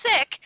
sick